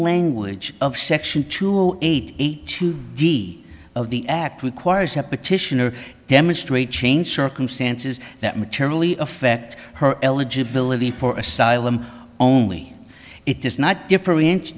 language of section two zero eight eight two d of the act requires a petition or demonstrate change circumstances that materially affect her eligibility for asylum only it does not differ